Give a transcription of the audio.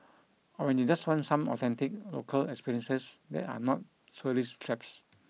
or when you just want some authentic local experiences that are not tourist traps